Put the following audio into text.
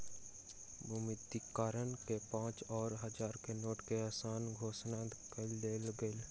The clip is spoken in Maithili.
विमुद्रीकरण में पाँच आ हजार के नोट के अमान्य घोषित कअ देल गेल